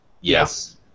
Yes